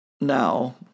Now